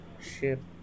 ship